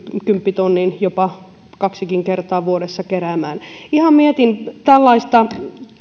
kymppitonnin jopa kaksikin kertaa vuodessa keräämään ihan mietin tällaista